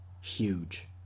huge